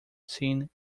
scene